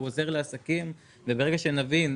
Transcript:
הוא עוזר לעסקים וברגע שנבין,